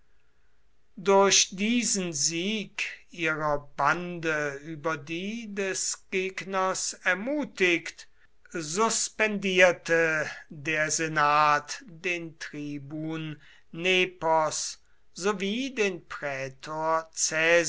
durch diesen sieg ihrer bande über die des gegners ermutigt suspendierte der senat den tribun nepos sowie den prätor